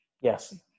Yes